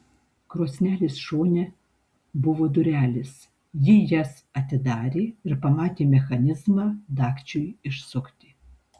krosnelės šone buvo durelės ji jas atidarė ir pamatė mechanizmą dagčiui išsukti